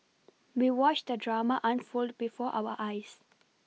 we watched the drama unfold before our eyes